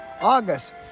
August